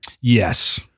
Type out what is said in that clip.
yes